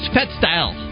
PetStyle